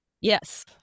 Yes